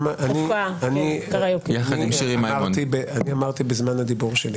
אני אמרתי זמן הדיבור שלי